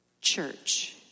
church